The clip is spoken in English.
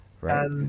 right